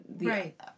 Right